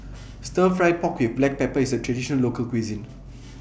Stir Fry Pork with Black Pepper IS A Traditional Local Cuisine